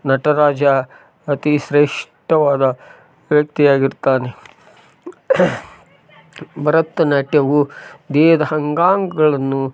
ನಟರಾಜ ಅತಿ ಶ್ರೇಷ್ಠವಾದ ವ್ಯಕ್ತಿಯಾಗಿರುತ್ತಾನೆ ಭರತ ನಾಟ್ಯವು ದೇಹದ ಅಂಗಾಂಗಗಳನ್ನು